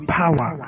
power